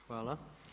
Hvala.